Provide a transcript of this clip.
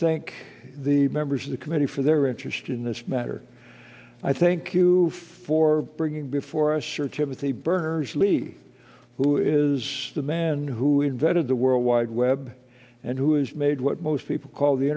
thank the members of the committee for their interest in this matter i thank you for bringing before us sir timothy berners lee who is the man who invented the world wide web and who has made what most people call the